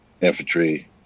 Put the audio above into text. infantry